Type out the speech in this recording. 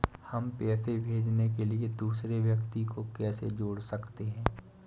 हम पैसे भेजने के लिए दूसरे व्यक्ति को कैसे जोड़ सकते हैं?